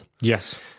Yes